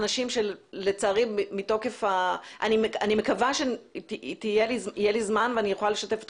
אני מקווה שיהיה לי זמן ואני אוכל לשתף את